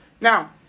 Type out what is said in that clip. Now